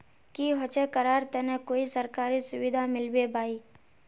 की होचे करार तने कोई सरकारी सुविधा मिलबे बाई?